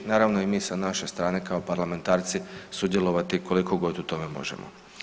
Naravno i mi sa naše strane, kao parlamentarci, sudjelovati koliko god u tome možemo.